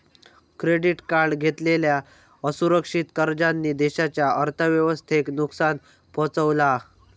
credit card घेतलेल्या असुरक्षित कर्जांनी देशाच्या अर्थव्यवस्थेक नुकसान पोहचवला हा